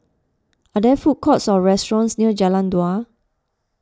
are there food courts or restaurants near Jalan Dua